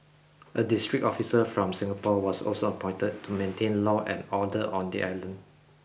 a district officer from Singapore was also appointed to maintain law and order on the island